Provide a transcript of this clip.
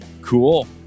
Cool